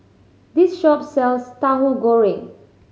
this shop sells Tauhu Goreng